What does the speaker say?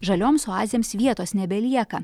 žalioms oazėms vietos nebelieka